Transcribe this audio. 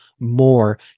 more